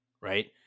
right